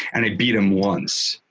and i beat him once.